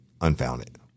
unfounded